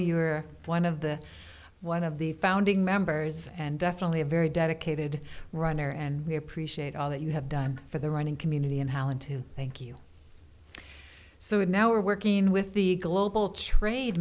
are one of the one of the founding members and definitely a very dedicated runner and we appreciate all that you have done for the running community and allen to thank you so we now are working with the global trade